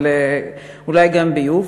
אולי גם ביוב.